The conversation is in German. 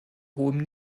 hohem